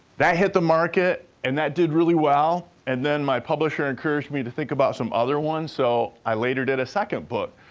that hit the market, and that did really well, and then, my publisher encouraged me to think about some other ones, so i later did a second book.